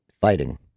fighting